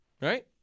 right